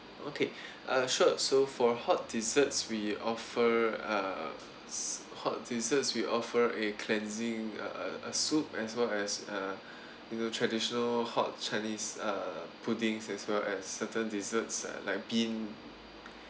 okay uh sure so for hot desserts we offer err hot desserts we offer a cleansing a a a soup as well as uh you know traditional hot chinese uh puddings as well as certain desserts uh like bean